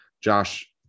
Josh